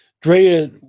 Drea